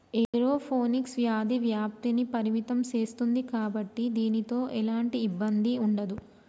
aeroponics వ్యాధి వ్యాప్తిని పరిమితం సేస్తుంది కాబట్టి దీనితో ఎలాంటి ఇబ్బంది ఉండదు